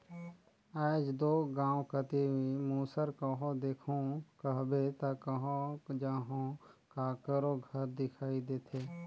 आएज दो गाँव कती मूसर कहो देखहू कहबे ता कहो जहो काकरो घर दिखई देथे